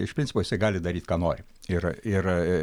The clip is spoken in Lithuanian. iš principo jisai gali daryt ką nori ir ir